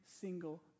single